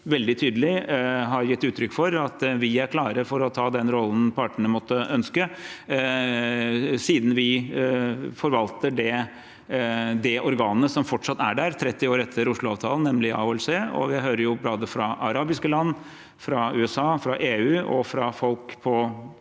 veldig tydelig gitt uttrykk for at vi er klare for å ta den rollen partene måtte ønske, siden vi forvalter det organet som fortsatt er der, 30 år etter Oslo-avtalen, nemlig AHLC. Vi hører både fra arabiske land, fra USA, fra EU og fra folk på